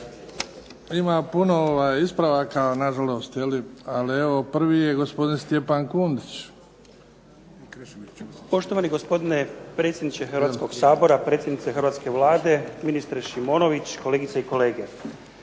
Ima puno ispravaka nažalost, jeli. Ali evo prvi je gospodin Stjepan Kundić. **Kundić, Stjepan (HDZ)** Poštovani gospodine predsjedniče Hrvatskog sabora, predsjednice hrvatske Vlade, ministre Šimonović, kolegice i kolege.